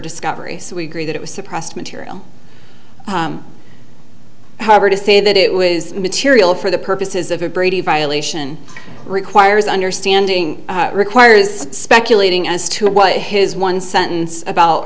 discovery so we agree that it was suppressed material however to say that it was material for the purposes of a brady violation requires understanding requires speculating as to what his one sentence about